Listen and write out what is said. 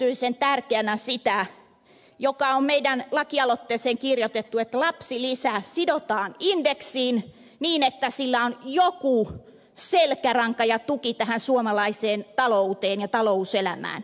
pidän erityisen tärkeänä sitä mikä on meidän lakialoitteeseemme kirjoitettu että lapsilisä sidotaan indeksiin niin että sillä on joku selkäranka ja tuki tähän suomalaiseen talouteen ja talouselämään